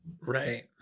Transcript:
right